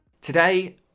Today